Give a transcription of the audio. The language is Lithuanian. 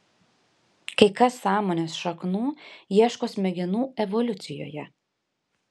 kai kas sąmonės šaknų ieško smegenų evoliucijoje